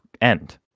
end